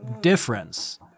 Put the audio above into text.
difference